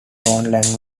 languages